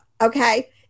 okay